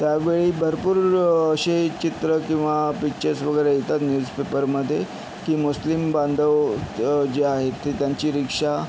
त्यावेळी भरपूर असे चित्र किंवा पिक्चर्स वगैरे येतात न्यूजपेपरमध्ये की मुस्लिम बांधव जे आहेत ते त्यांची रिक्षा